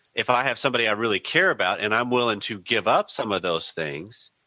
if i have somebody i really care about and i am willing to give up some of those things,